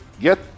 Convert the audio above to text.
get